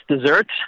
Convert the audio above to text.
desserts